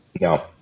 No